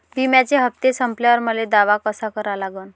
बिम्याचे हप्ते संपल्यावर मले दावा कसा करा लागन?